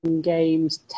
games